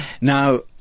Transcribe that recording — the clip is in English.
Now